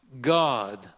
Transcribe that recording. God